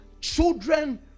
children